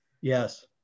yes